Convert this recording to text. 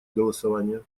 голосования